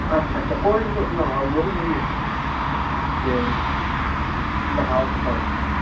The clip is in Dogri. अच्छा अच्छा कोई नि तुस लखाऊ उड़ो नि मिगी एह् ते लखाओ लखाओ तां